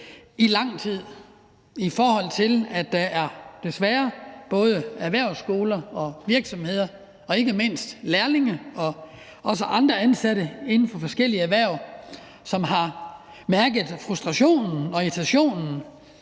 lang tid. Det er desværre både på erhvervsskoler og i virksomheder – ikke mindst lærlinge, men også ansatte inden for forskellige erhverv – at man har mærket frustrationen og irritationen